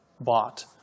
bought